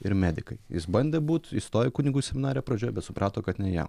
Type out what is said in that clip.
ir medikai jis bandė būt įstojo į kunigų seminariją pradžioj bet suprato kad ne jam